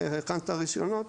הכנת את הרישיונות?".